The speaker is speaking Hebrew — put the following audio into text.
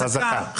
חזקה.